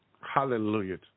Hallelujah